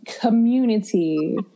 community